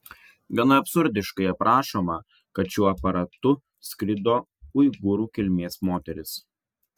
gana absurdiškai aprašoma kad šiuo aparatu skrido uigūrų kilmės moteris